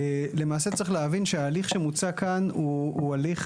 למעשה צריך להבין שההליך שמוצע כאן הוא הליך,